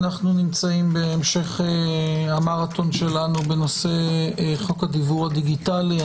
אנחנו נמצאים בהמשך המרתון שלנו בנושא חוק הדיוור הדיגיטלי.